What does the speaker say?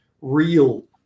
real